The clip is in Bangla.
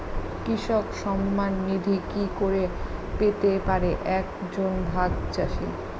কৃষক সন্মান নিধি কি করে পেতে পারে এক জন ভাগ চাষি?